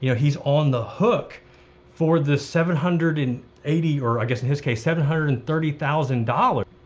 you know he's on the hook for the seven hundred and eighty, or i guess in his case seven hundred and thirty thousand dollars,